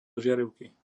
žiarivky